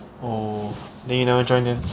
oh then you never join them